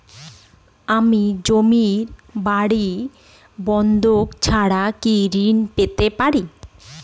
আমি জমি বাড়ি বন্ধক ছাড়া কি ঋণ পেতে পারি?